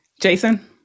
Jason